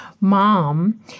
Mom